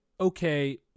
okay